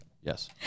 yes